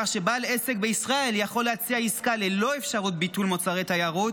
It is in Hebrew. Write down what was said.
כך שבעל עסק בישראל יכול להציע עסקה ללא אפשרות לביטול מוצרי תיירות,